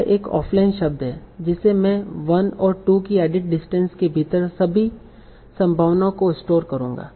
यह एक ऑफ़लाइन शब्द है जिसे मैं 1 और 2 की एडिट डिस्टेंस के भीतर सभी संभावनाओं को स्टोर करूंगा